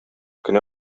кенә